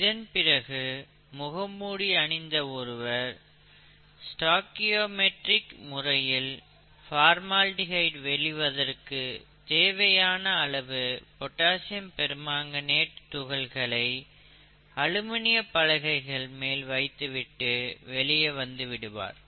இதன்பிறகு முகமூடி அணிந்த ஒருவர் ஸ்டோச்சியோமெட்ரிக் முறையில் பார்மால்டிஹைடு வெளிவருவதற்கு தேவையான அளவு பொட்டாசியம் பெர்மாங்கனேட் துகள்களை அலுமினிய பலகைகள் மேல் வைத்துவிட்டு வெளியே வந்துவிடுவார்